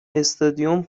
استادیوم